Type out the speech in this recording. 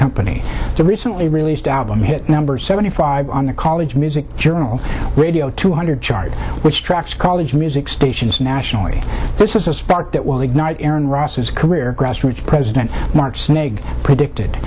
company the recently released album hit number seventy five on the college music journal radio two hundred chart which tracks college music stations nationally this is a spark that will ignite aaron ross's career grassroots president mark snag predicted